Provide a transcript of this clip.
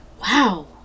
wow